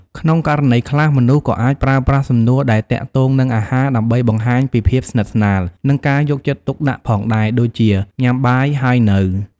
ក្នុងករណីខ្លះ មនុស្សក៏អាចប្រើប្រាស់សំណួរដែលទាក់ទងនឹងអាហារដើម្បីបង្ហាញពីភាពស្និទ្ធស្នាលនិងការយកចិត្តទុកដាក់ផងដែរ ដូចជា “ញ៉ាំបាយហើយនៅ?”។